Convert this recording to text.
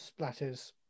splatters